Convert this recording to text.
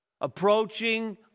Approaching